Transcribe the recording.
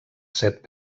set